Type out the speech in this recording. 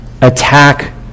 attack